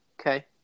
okay